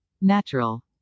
Natural